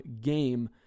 game